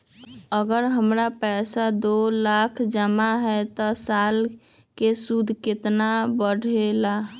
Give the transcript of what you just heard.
अगर हमर पैसा दो लाख जमा है त साल के सूद केतना बढेला?